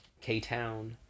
K-Town